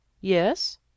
Yes